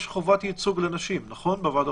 יש חובת ייצוג לנשים נכון?